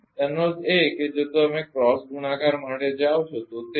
તેનો અર્થ એ કે જો તમે ક્રોસ ગુણાકાર માટે જાઓ છો તો તે છે